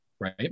Right